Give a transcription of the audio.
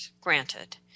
granted